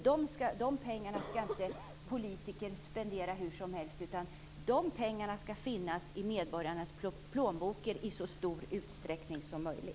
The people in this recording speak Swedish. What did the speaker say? De pengarna skall politiker inte spendera hur som helst. De pengarna skall i så stor utsträckning som möjligt finnas i medborgarnas plånböcker.